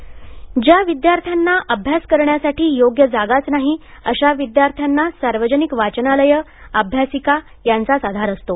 अभ्यासिका ज्या विद्यार्थ्यांना अभ्यास करण्यासाठी योग्य जागाच नाही अशा विद्यार्थ्यांना सार्वजनिक वाचनालयं अभ्यासिका यांचाच आधार असतो